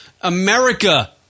America